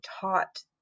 taught